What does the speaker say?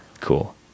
Cool